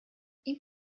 ihm